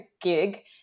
gig